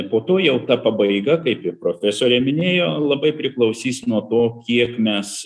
po to jau ta pabaiga kaip ir profesorė minėjo labai priklausys nuo to kiek mes